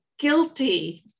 guilty